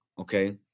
okay